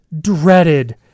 dreaded